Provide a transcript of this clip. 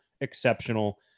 exceptional